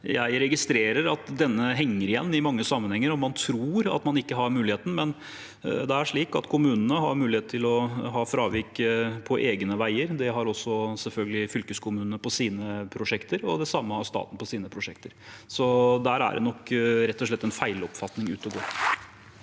Jeg registrerer imidlertid at denne henger igjen i mange sammenhenger. Man tror at man ikke har muligheten, men det er slik at kommunene har mulighet til å ha fravik på egne veier. Det har selvfølgelig også fylkeskommunene på sine prosjekter, og det samme har staten på sine prosjekter. Der er det nok rett og slett en feiloppfatning ute og går.